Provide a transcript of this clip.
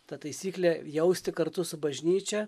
ta taisyklė jausti kartu su bažnyčia